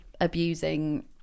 abusing